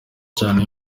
cyane